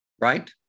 right